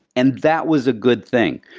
and that was a good thing.